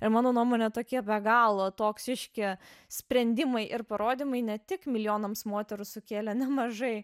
ir mano nuomone tokie be galo toksiški sprendimai ir parodymai ne tik milijonams moterų sukėlė nemažai